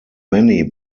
many